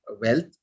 wealth